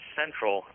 central